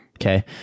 Okay